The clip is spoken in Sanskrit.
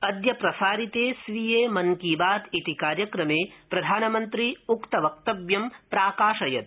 अद्य प्रसारिते स्वीये मन की बात इति कार्यक्रमे प्रधानमन्त्री उक्त वक्तव्यं प्राकाशयत्